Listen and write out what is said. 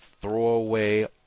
throwaway